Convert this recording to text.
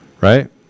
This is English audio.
Right